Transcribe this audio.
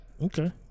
Okay